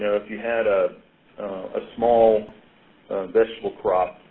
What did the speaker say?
if you had a ah small vegetable crop,